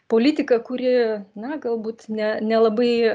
politika kuri na galbūt ne nelabai